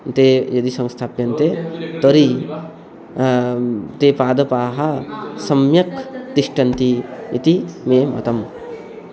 ते यदि संस्थाप्यन्ते तर्हि ते पादपाः सम्यक् तिष्ठन्ति इति मे मतम्